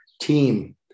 team